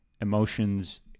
emotions